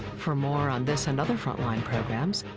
for more on this and other frontline programs,